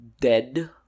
dead